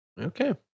Okay